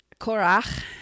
Korach